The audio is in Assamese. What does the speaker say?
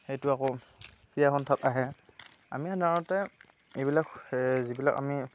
সেইটো আকৌ ক্ৰীয়া সন্থাত আহে আমি সাধাৰণতে এইবিলাক যিবিলাক আমি